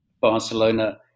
Barcelona